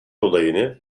olayını